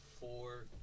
four